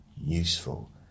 useful